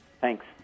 thanks